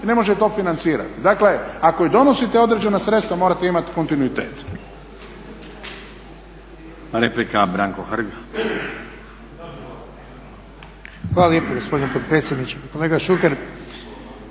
i ne može to financirati. Dakle, ako i donosite određena sredstva morate imati kontinuitet.